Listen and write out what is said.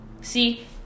See